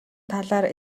талаар